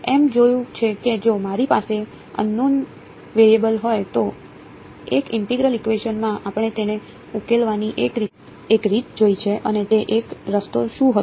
અમે જોયું છે કે જો મારી પાસે અનનોન વેરિયેબલ હોય તો એક ઇન્ટેગ્રલ ઇકવેશન માં આપણે તેને ઉકેલવાની એક રીત જોઈ છે અને તે એક રસ્તો શું હતો